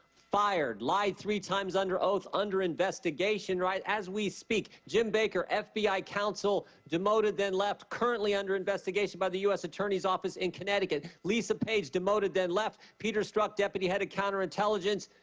fired. lied three times under oath under investigation right as we speak. jim baker, fbi counsel, demoted, then left, currently under investigation by the u s. attorney's office in connecticut lisa page, demoted, then left. peter strzok, deputy head of counterintelligence,